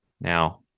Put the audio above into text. now